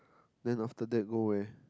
then after that go where